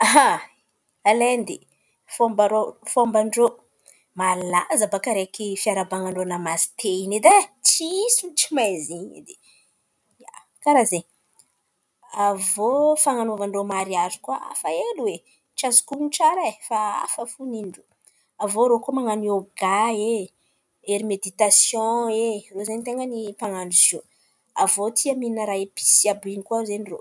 An̈y Aindy, malaza fiarahaban-drô namaste in̈y edy ai. Tsisy olo tsy mahay zin̈y edy; ia, karà ze. Avô fan̈anovanan-drô mariazy koa hafa hely hoe! Tsy azoko honon̈o tsara ai. Fa hafa fô nen-drô. Avô rô koa man̈ano iôgà e, ery meditasiôn e. Irô zen̈y ten̈a ny mpan̈ano izy io. Avô tia mihin̈a raha epise àby iren̈y koa irô.